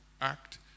act